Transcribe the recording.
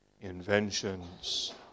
inventions